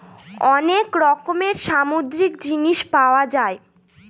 অনেক রকমের সামুদ্রিক জিনিস পাওয়া যায়